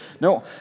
No